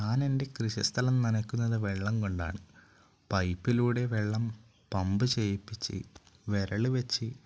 ഞാൻ എൻ്റെ കൃഷിസ്ഥലം നനയ്ക്കുന്നത് വെള്ളം കൊണ്ടാണ് പൈപ്പിലൂടെ വെള്ളം പമ്പ് ചെയ്യിപ്പിച്ച് വിരൽ വെച്ച്